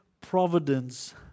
providence